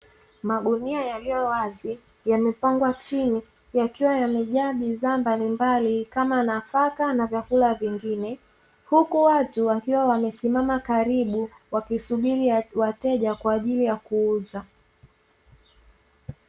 Mgunia yaliyo wazi yamepangwa chini, yakiwa yamejaa bidhaa mbalimbali, kama nafaka na vyakula vingine. Huku watu wakiwa wamesimama karibu, wakisubiri wateja kwa ajili ya kuuza.